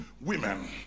women